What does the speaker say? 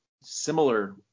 similar